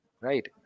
right